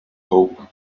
hope